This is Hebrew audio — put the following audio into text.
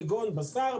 כגון בשר,